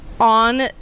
on